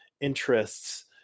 interests